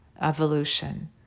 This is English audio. evolution